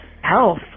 health